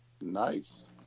Nice